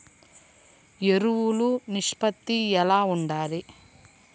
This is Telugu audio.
ఎరువులు నిష్పత్తి ఎలా ఉండాలి?